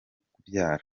kubyara